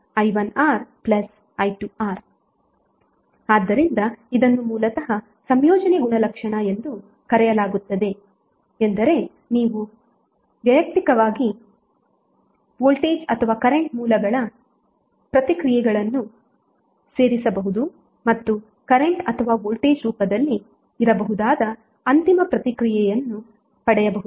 ಆದ್ದರಿಂದ ಇದನ್ನು ಮೂಲತಃ ಸಂಯೋಜನೆ ಗುಣಲಕ್ಷಣ ಎಂದು ಕರೆಯಲಾಗುತ್ತದೆ ಎಂದರೆ ನೀವು ವೈಯಕ್ತಿಕ ವೋಲ್ಟೇಜ್ ಅಥವಾ ಕರೆಂಟ್ ಮೂಲಗಳ ಪ್ರತಿಕ್ರಿಯೆಗಳನ್ನು ಸೇರಿಸಬಹುದು ಮತ್ತು ಕರೆಂಟ್ ಅಥವಾ ವೋಲ್ಟೇಜ್ ರೂಪದಲ್ಲಿ ಇರಬಹುದಾದ ಅಂತಿಮ ಪ್ರತಿಕ್ರಿಯೆಯನ್ನು ಪಡೆಯಬಹುದು